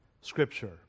Scripture